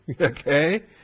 Okay